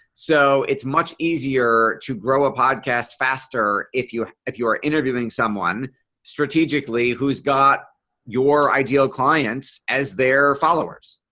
so it's much easier to grow a podcast faster if you, if you are interviewing someone strategically who's got your ideal clients as their followers.